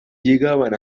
llegaban